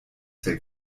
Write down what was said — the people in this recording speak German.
der